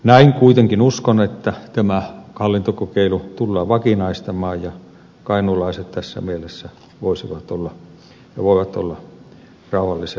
näin kuitenkin uskon että tämä hallintokokeilu tullaan vakinaistamaan ja kainuulaiset tässä mielessä voisivat olla ja voivat olla rauhallisella mielellä